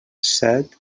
set